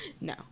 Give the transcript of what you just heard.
No